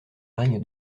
règne